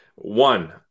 One